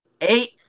Eight